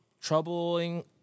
troubling